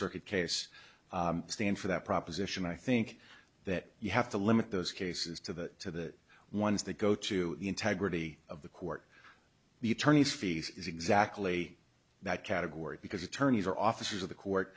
circuit case stand for that proposition i think that you have to limit those cases to the ones that go to the integrity of the court the attorney's fees is exactly that category because attorneys are officers of the court